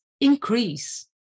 increase